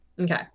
okay